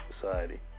society